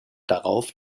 darauf